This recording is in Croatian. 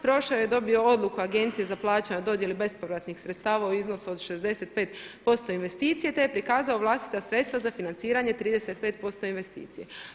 Prošao je, dobio odluku Agencije za plaćanje o dodjeli bespovratnih sredstava u iznosu od 65% investicije, te je prikazao vlastita sredstva za financiranje 35% investicija.